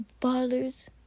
father's